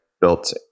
built